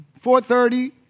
4.30